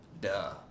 Duh